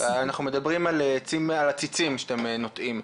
אנחנו מדברים על עציצים שאתם נוטעים.